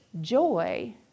joy